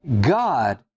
God